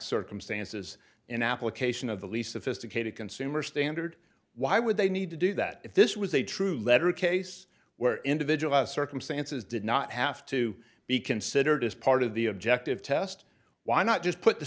circumstances in application of the lease sophisticated consumer standard why would they need to do that if this was a true letter case where individual circumstances did not have to be considered as part of the objective test why not just put the